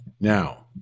Now